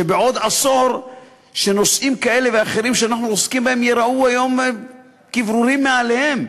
שבעוד עשור נושאים כאלה ואחרים שאנחנו עוסקים בהם ייראו כברורים מאליהם,